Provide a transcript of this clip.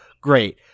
Great